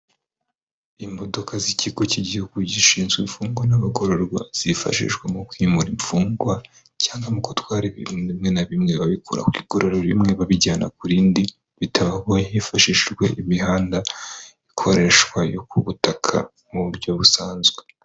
Imodoka z'ikigo cy'igihugu gishinzwe imfungwa n'abagororwa, zifashishwa mu kwimura imfungwa cyangwa mu gutwara ibintu bimwe na bimwe babikura ku igororero rimwe babijyana kuri rindi, bitabagoye hifashishijwe imihanda ikoreshwa ku butaka mu buryo busanzwe.